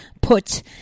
put